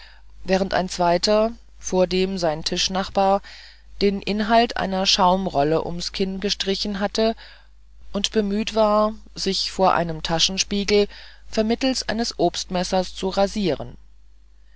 während ein zweiter vordem sein tischnachbar den inhalt einer schaumrolle ums kinn gestrichen hatte und bemüht war sich vor einem taschenspiegel vermittelst eines obstmessers zu rasieren